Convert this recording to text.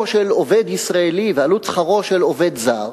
של עובד ישראלי ועלות שכרו של עובד זר